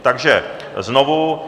Takže znovu.